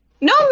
No